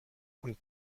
und